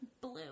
Blue